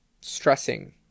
stressing